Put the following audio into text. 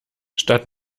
statt